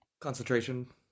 Concentration